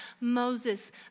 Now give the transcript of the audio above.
Moses